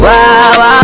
Wow